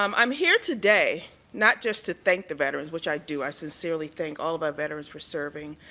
um i'm here today not just to thank the veterans which i do, i sincerely thank all our veterans for serving,